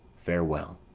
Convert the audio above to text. farewell.